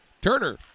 Turner